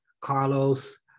Carlos